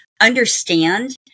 understand